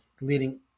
leading